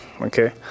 okay